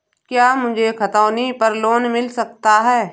क्या मुझे खतौनी पर लोन मिल सकता है?